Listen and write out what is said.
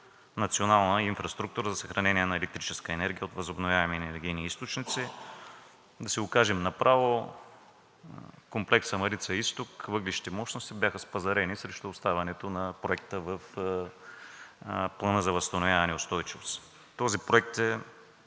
Национална инфраструктура за съхранение на електрическа енергия от ВЕИ. Да си го кажем направо: в комплекса Марица изток въглищните мощности бяха спазарени срещу оставането на Проекта в Плана за възстановяване и устойчивост. Този проект